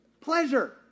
Pleasure